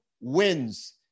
wins